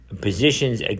positions